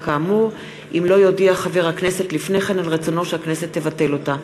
כאמור אם לא יודיע חבר הכנסת לפני כן על רצונו שהכנסת תבטל אותה.